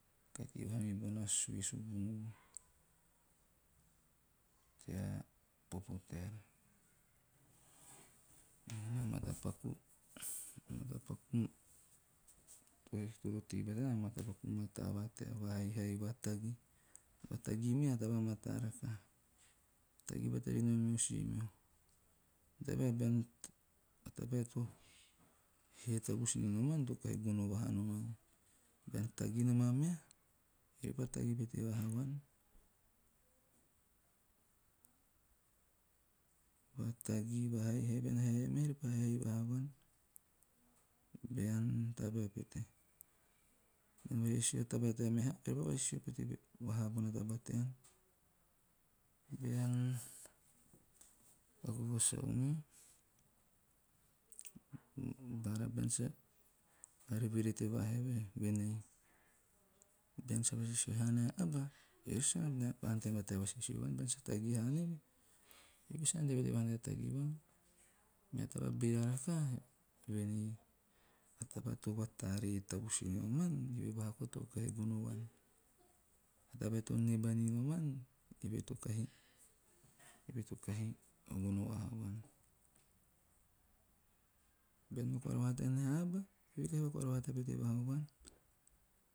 Kahi tei mobona sue subunubu tea popo teara. Matapaku - toro tei batana matapaku mataa va tea va haiha, vatagi. Vatagi me a taba mata rakaha. Tagi bata rinom o si meho mene tabae a tabae to hee tavus ninoman to kahi gono vahaa nomaan. Bean tagi nom a meha, eve repa tagi pete vaha vuan, vatagi, vahaihai, bean haihaina meha eve pa haihai vahaa vuan. Bean tabae pete. Bean vasisio a taba tea meha eve pa vasisio vahaa pete vuan. Bean paku vosau me. Bara bean sa are verete vaha eve voen ei, bean sa vasisio haa nia aba sa ante vahaa haana tea vasisio vuan, bean sa tagi haa nieve, eve sa pa ante vaha tea tagi vuan. Mea taba beera rakaha, voen ei a taba to vatare tavus ninoman, eve vahaa koa to kahi gono noman. A tabae to neba ninoman, eve to kahi - gono vaha vuan. Bean vakoara vahata nia aba eve kahi vakavara vahata pete vaha vuan.